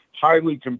highly